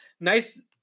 nice